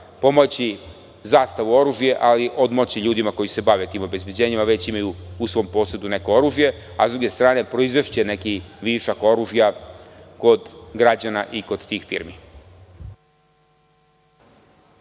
pomoći „Zastavu oružje“, ali odmoći ljudima koji se bave obezbeđenjem i koji već imaju u svom posedu oružje, a sa druge strane proizvešće višak oružja kod građana i tih firmi.